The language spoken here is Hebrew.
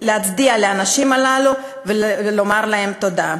להצדיע לאנשים הללו ולומר להם תודה.